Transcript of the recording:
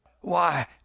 Why